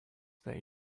they